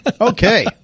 Okay